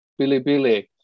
Bilibili